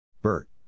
Bert